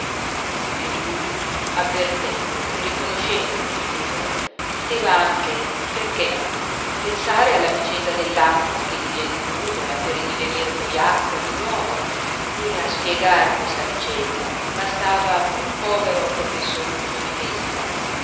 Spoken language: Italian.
e lui avvertendo e riconoscendo le nuvole poteva anche perché no pensare alla vicenda dell'acqua che divien nuvola per ridivenir poi acqua di nuovo e a spiegar questa vicenda bastava un povero professoruccio di fisica